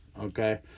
Okay